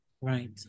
Right